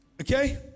Okay